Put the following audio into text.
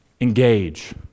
engage